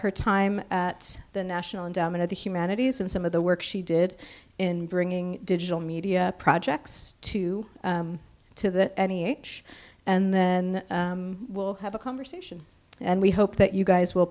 her time at the national endowment of the humanities and some of the work she did in bringing digital media projects to to that any age and then we'll have a conversation and we hope that you guys will